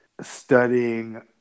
studying